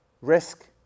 risk